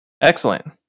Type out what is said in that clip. Excellent